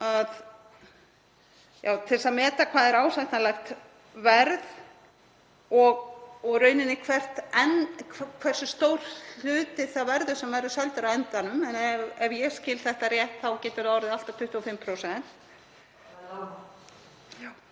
til að meta hvað er ásættanlegt verð og í rauninni hversu stór hluti verður seldur á endanum. En ef ég skil þetta rétt þá getur það orðið allt að 25%.